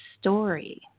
story